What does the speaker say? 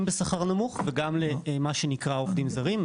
בשכר נמוך וגם מה שנקרא לעובדים זרים,